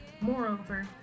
Moreover